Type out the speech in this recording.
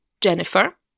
Jennifer